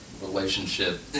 relationship